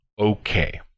okay